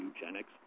eugenics